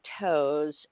toes